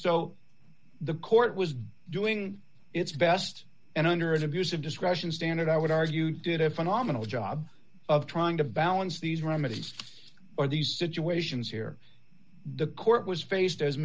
so the court was doing its best and under an abuse of discretion standard i would argue did a phenomenal job of trying to balance these remedies are these situations here the court was faced as